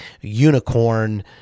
unicorn